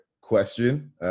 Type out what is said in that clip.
question